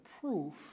proof